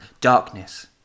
Darkness